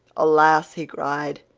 alas, he cried,